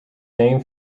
name